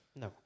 no